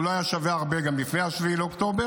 לא היה שווה הרבה גם לפני 7 באוקטובר,